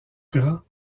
grands